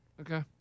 okay